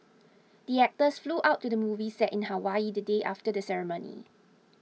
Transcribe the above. the actors flew out to the movie set in Hawaii the day after the ceremony